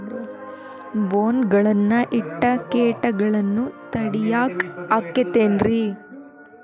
ಬೋನ್ ಗಳನ್ನ ಇಟ್ಟ ಕೇಟಗಳನ್ನು ತಡಿಯಾಕ್ ಆಕ್ಕೇತೇನ್ರಿ?